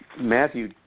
Matthew